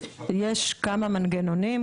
יש כמה מנגנונים,